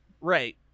Right